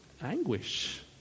anguish